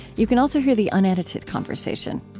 you can also hear the unedited conversation.